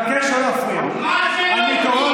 מה זה "לא יהודים"?